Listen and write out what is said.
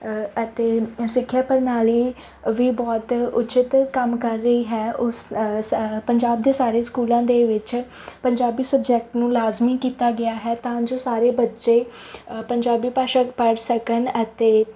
ਅਤੇ ਸਿੱਖਿਆ ਪ੍ਰਣਾਲੀ ਵੀ ਬਹੁਤ ਉਚਿਤ ਕੰਮ ਕਰ ਰਹੀ ਹੈ ਉਸ ਸ ਪੰਜਾਬ ਦੇ ਸਾਰੇ ਸਕੂਲਾਂ ਦੇ ਵਿੱਚ ਪੰਜਾਬੀ ਸਬਜੈਕਟ ਨੂੰ ਲਾਜ਼ਮੀ ਕੀਤਾ ਗਿਆ ਹੈ ਤਾਂ ਜੋ ਸਾਰੇ ਬੱਚੇ ਪੰਜਾਬੀ ਭਾਸ਼ਾ ਨੂੰ ਪੜ੍ਹ ਸਕਣ ਅਤੇ